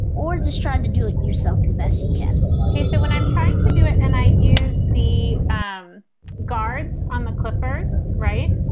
or just trying to do it yourself the best you can ok. so when i'm trying to do it and i use the um guards on the clippers. right.